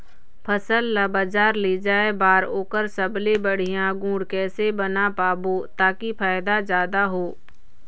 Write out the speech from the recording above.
फसल ला बजार ले जाए बार ओकर सबले बढ़िया गुण कैसे बना पाबो ताकि फायदा जादा हो?